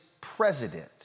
president